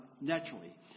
naturally